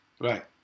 Right